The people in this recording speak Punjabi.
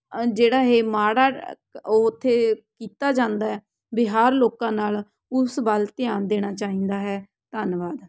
ਜਿਹੜਾ ਇਹ ਮਾੜਾ ਉੱਥੇ ਕੀਤਾ ਜਾਂਦਾ ਹੈ ਵਿਹਾਰ ਲੋਕਾਂ ਨਾਲ ਉਸ ਵੱਲ ਧਿਆਨ ਦੇਣਾ ਚਾਹੀਦਾ ਹੈ ਧੰਨਵਾਦ